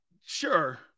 sure